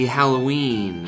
Halloween